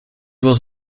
was